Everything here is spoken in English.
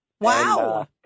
Wow